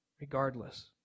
Regardless